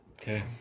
Okay